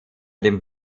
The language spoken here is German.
dem